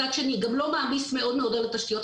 מצד שני, גם לא מעמיס מאוד על התשתיות.